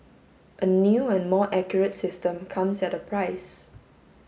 a new and more accurate system comes at a price